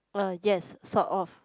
uh yes sort of